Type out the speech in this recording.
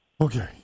Okay